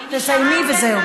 תסיימי וזהו.